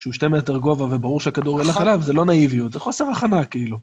שהוא שתי מטר גובה וברור שהכדור הלך אליו, זה לא נאיביות, זה חוסר הכנה כאילו.